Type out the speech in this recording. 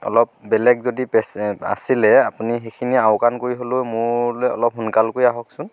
অলপ বেলেগ যদি পেচেণ্ট আছিলে আপুনি সেইখিনি আওকাণ কৰি হ'লেও মোৰলৈ অলপ সোনকাল কৰি আহকচোন